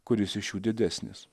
kuris iš jų didesnis